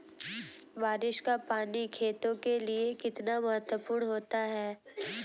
बारिश का पानी खेतों के लिये कितना महत्वपूर्ण होता है?